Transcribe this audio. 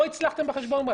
לא הצלחתם בחשבון הבנק,